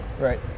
right